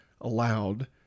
allowed